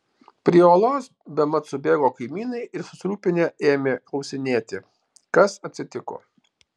prie olos bemat subėgo kaimynai ir susirūpinę ėmė klausinėti kas atsitiko